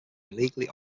illegally